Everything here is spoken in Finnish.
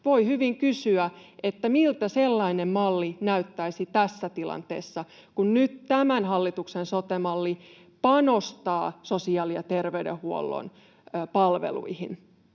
Voi hyvin kysyä, miltä sellainen malli näyttäisi tässä tilanteessa, kun nyt tämän hallituksen sote-malli panostaa sosiaali‑ ja terveydenhuollon palveluihin.